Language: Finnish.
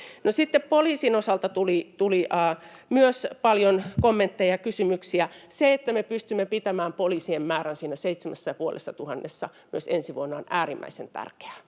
poliisin osalta tuli myös paljon kommentteja ja kysymyksiä. Se, että me pystymme pitämään poliisien määrän siinä 7 500:ssa myös ensi vuonna, on äärimmäisen tärkeää.